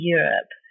Europe